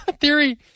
theory